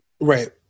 Right